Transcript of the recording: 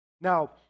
Now